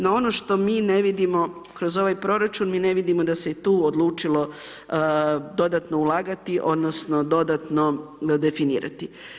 No ono što mi ne vidimo kroz ovaj proračun, mi ne vidimo da se i tu odlučilo dodatno ulagati, odnosno dodatno definirati.